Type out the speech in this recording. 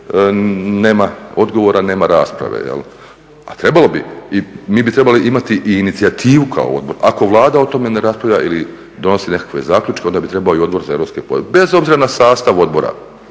nema odgovora, nema rasprave. A trebalo bi, i mi bi trebali imati i inicijativu kao odbor, ako Vlada o tome ne raspravlja ili donosi nekakve zaključke, onda bi trebao i Odbor za europske poslove. Bez obzira na sastav odbora,